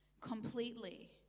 completely